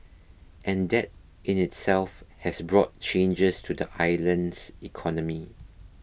and that in itself has brought changes to the island's economy